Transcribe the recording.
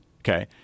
okay